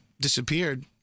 disappeared